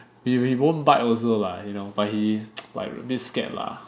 we we won't bite also lah you know but he like a bit scared lah